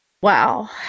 Wow